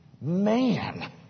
man